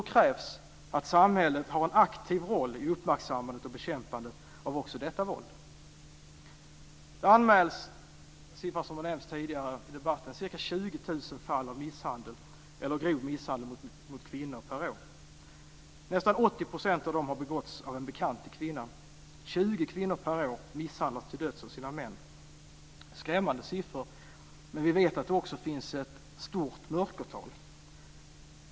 Då krävs att samhället har en aktiv roll i uppmärksammandet och bekämpandet av också detta våld. En siffra som nämnts tidigare i debatten är att det anmäls ca 20 000 fall av misshandel eller grov misshandel mot kvinnor per år. Nästan 80 % av dem har begåtts av en bekant till kvinnan. 20 kvinnor per år misshandlas till döds av sina män. Det är skrämmande siffror. Men vi vet att det också finns ett stort mörkertal.